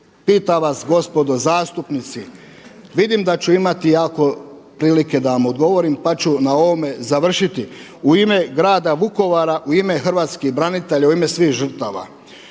pitam vas gospodo zastupnici. Vidim da ću imati jako prilike da vam odgovorim pa ću na ovome završiti, u ime grada Vukovara u ime hrvatskih branitelja u ime svih žrtava,